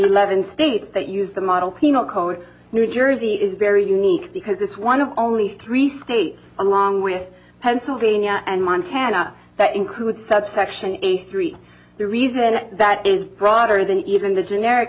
eleven states that use the model penal code new jersey is very unique because it's one of only three states along with pennsylvania and montana that include subsection eighty three the reason that is broader than even the generic